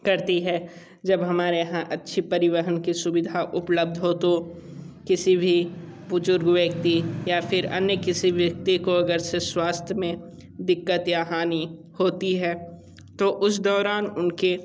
करती है जब हमारे यहाँ अच्छी परिवहन की सुविधा उपलब्ध हो तो किसी भी बुजुर्ग व्यक्ति या फिर अन्य किसी व्यक्ति को अगर से स्वास्थ्य में दिक्कत या हानि होती है तो उसे दौरान उनके